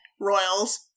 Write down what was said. royals